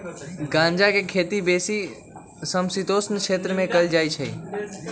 गञजा के खेती बेशी समशीतोष्ण क्षेत्र में कएल जाइ छइ